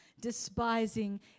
Despising